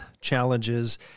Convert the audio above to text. challenges